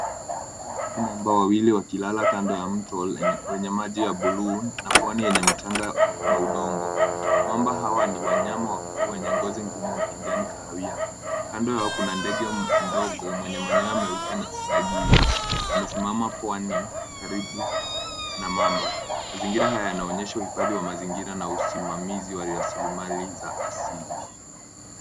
Hapa naona mamba wawili wakilala kando ya mto wenye maji ya blue na pwani yenye mchanga na udongo. Mamba hawa ni wanyama wakubwa wenye ngozi ngumu na kijani kahawia. Kando yao kuna ndege mdogo mwenye manyoya meupe na giza. Amesimama pwani karibu na mamba. Mazingira haya yanaonyesha uhifadhi wa mazingira na usimamizi wa rasilimali za asili.